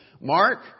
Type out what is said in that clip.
Mark